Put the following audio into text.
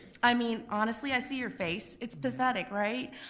i mean, honestly i see your face, it's pathetic, right?